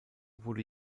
wurde